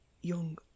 young